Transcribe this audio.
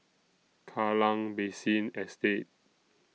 Kallang Basin Estate